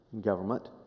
government